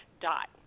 dot